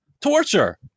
Torture